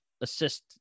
assist